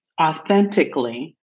authentically